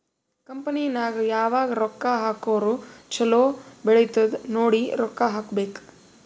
company ನಾಗ್ ಯಾವಾಗ್ ರೊಕ್ಕಾ ಹಾಕುರ್ ಛಲೋ ಬೆಳಿತ್ತುದ್ ನೋಡಿ ರೊಕ್ಕಾ ಹಾಕಬೇಕ್